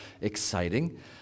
exciting